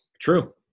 True